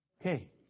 Okay